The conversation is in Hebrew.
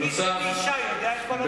תגיד, אלי ישי יודע את כל הדברים האלה?